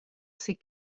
ses